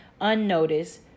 unnoticed